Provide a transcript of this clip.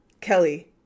Kelly